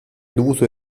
dovuto